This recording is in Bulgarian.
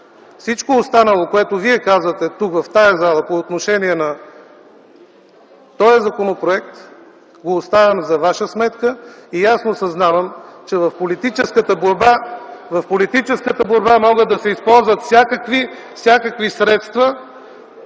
Всичко останало, което вие казвате тук в тази зала по отношение на този законопроект го оставям за ваша сметка и ясно съзнавам, че в политическата борба могат да се използват всякакви,